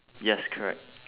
yes correct